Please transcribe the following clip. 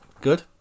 Good